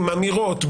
אמירות,